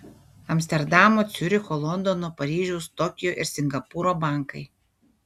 amsterdamo ciuricho londono paryžiaus tokijo ir singapūro bankai